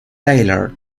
tyler